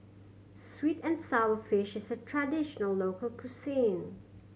sweet and sour fish is a traditional local cuisine